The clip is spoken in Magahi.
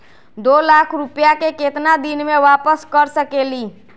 दो लाख रुपया के केतना दिन में वापस कर सकेली?